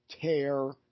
tear